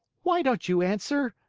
why don't you answer?